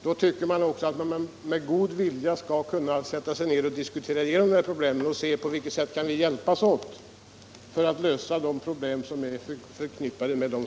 Och då tycker jag också att man med god vilja skulle kunna sätta sig ned och diskutera igenom problemen och se på vilket sätt man kan hjälpas åt att övervinna svårigheterna för de människor